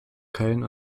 köln